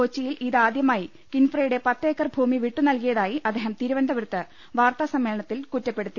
കൊച്ചിയിൽ ഇതിനായി കിൻഫ്രയുടെ പത്തേക്കർ ഭൂമി വിട്ടു നൽകിയതായി അദ്ദേഹം തിരുവനന്ത് പുരത്ത് വാർത്താസമ്മേളനത്തിൽ കുറ്റപ്പെടുത്തി